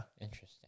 Interesting